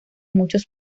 muchos